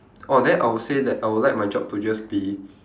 oh then I will say that I will like my job to just be